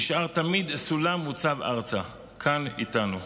נשאר תמיד סולם מוצב ארצה, כאן איתנו.